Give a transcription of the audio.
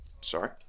sorry